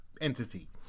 entity